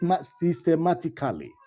systematically